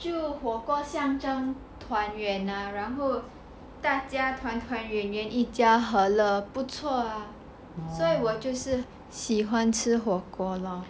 就火锅象征团圆 ah 然后大家团团圆圆一家合乐不错 ah 所以我就是喜欢吃火锅 lor